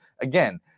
again